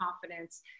confidence